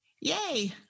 Yay